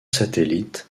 satellites